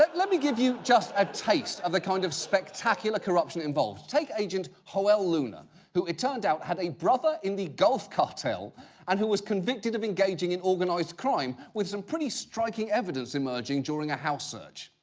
let let me give you just a taste of the kind of spectacular corruption involved. take agent joel luna, who, it turned out, had a brother in the gulf cartel and who was convicted of engaging in organized crime with some pretty striking evidence emerging during a house search.